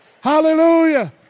Hallelujah